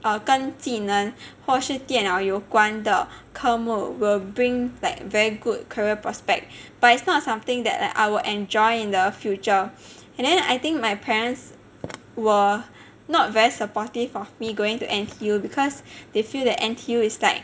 err 跟技能或是跟电脑有关的科目 will bring like very good career prospect but it's not something that like I will enjoy in the future and then I think my parents were not very supportive of me going to N_T_U because they feel that N_T_U is like